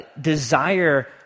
desire